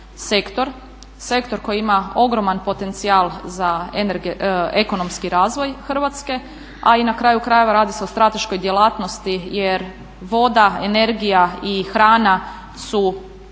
sektor koji ima ogroman potencijal za ekonomski razvoj Hrvatske a i na kraju krajeva radi se o strateškoj djelatnosti jer voda, energija i hrana su